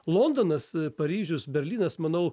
londonas paryžius berlynas manau